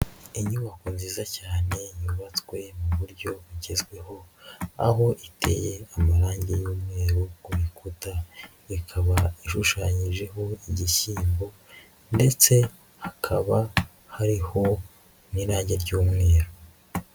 Inyubako nziza cyane yubatswe mu buryo bugezweho, aho iteye amarangi y'umweru ku rukuta, ikaba ishushanyijeho igishyimbo ndetse hakaba hariho n'irange ry'umweru.